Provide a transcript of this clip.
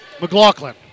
McLaughlin